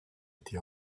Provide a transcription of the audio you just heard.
été